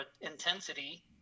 intensity